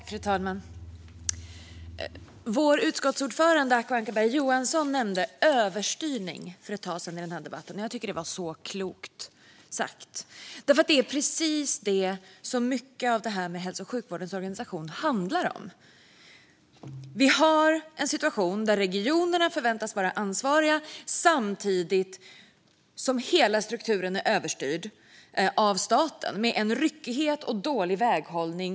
Fru talman! Vår utskottsordförande Acko Ankarberg Johansson nämnde överstyrning för ett tag sedan i denna debatt. Jag tycker att det var så klokt sagt. Det är precis det som mycket av hälso och sjukvårdens organisation handlar om. Vi har en situation där regionerna förväntas vara ansvariga samtidigt som hela strukturen är överstyrd av staten med en ryckighet och dålig väghållning.